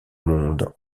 monde